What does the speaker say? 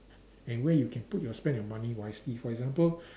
and where you can put your spend your money wisely for example